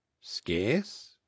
Scarce